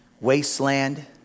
wasteland